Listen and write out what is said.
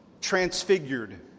transfigured